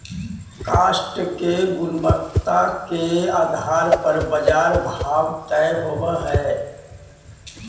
काष्ठ के गुणवत्ता के आधार पर बाजार भाव तय होवऽ हई